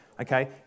okay